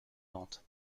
vente